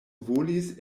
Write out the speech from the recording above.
volis